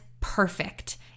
perfect